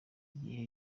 igihe